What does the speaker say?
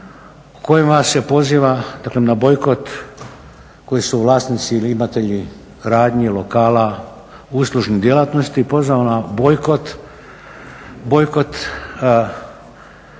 kojima se poziva, daklem na bojkot koji su vlasnici ili imatelji radnji, lokala, uslužnih djelatnosti pozvalo na bojkot. Bojkot,